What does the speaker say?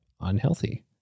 unhealthy